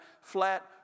flat